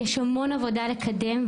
יש המון עבודה לקדם,